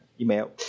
email